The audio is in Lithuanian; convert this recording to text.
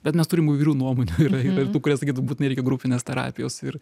bet mes turim įvairių nuomonių yra ir tų kurie sakytų būtinai reikia grupinės terapijos ir